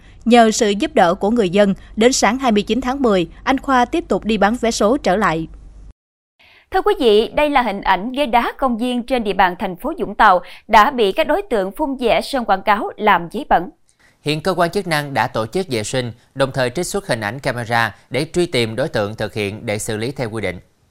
Nhờ sự giúp đỡ của người dân, đến sáng 29 tháng 10, anh Khoa tiếp tục đi bán vé số trở lại. Thưa quý vị, đây là hình ảnh ghế đá công viên trên địa bàn thành phố Vũng Tàu đã bị các đối tượng phun vẽ sơn quảng cáo làm giấy bẩn. Hiện cơ quan chức năng đã tổ chức vệ sinh, đồng thời trích xuất hình ảnh camera để truy tìm đối tượng thực hiện để xử lý theo quy định.